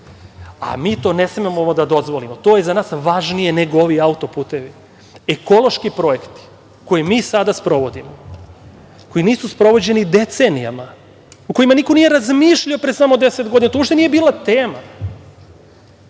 Mi to ne smemo da dozvolimo. To je za nas važnije nego ovi autoputevi. Ekološki projekti koje mi sada sprovodimo, koji nisu sprovođeni decenijama, o kojima niko nije razmišljao pre samo deset godina, to uopšte nije bila tema,